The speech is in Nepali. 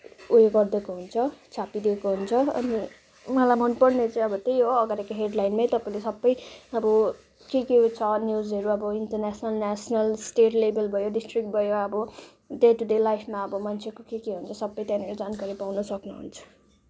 उयो गरिदिएको हुन्छ छापिदिएको हुन्छ अनि मलाई मनपर्ने चाहिँ अब त्यही हो अगाडिको हेडलाइनमै तपाईँले सबै अब के के छ न्युजहरू अब इन्टरनेसनल नेसनल स्टेट लेभेल भयो डिस्ट्रिक्ट भयो अब डे टू डे लाइफमा आबो मान्छेको के के हुन्छ सबै त्यहाँनिर जानकारी पाउन सक्नुहुन्छ